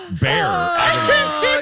bear